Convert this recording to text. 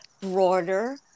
broader